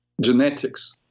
genetics